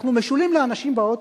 אנחנו משולים לאנשים באוטובוס,